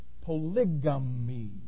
polygamy